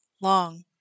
long